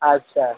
আচ্ছা